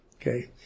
Okay